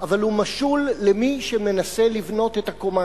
אבל הוא משול למי שמנסה לבנות את הקומה